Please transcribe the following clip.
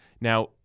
Now